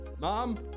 mom